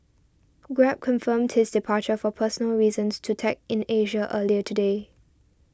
grab confirmed his departure for personal reasons to Tech in Asia earlier today